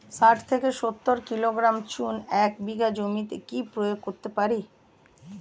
শাঠ থেকে সত্তর কিলোগ্রাম চুন এক বিঘা জমিতে আমি প্রয়োগ করতে পারি?